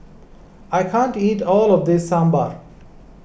I can't eat all of this Sambar